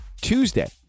tuesday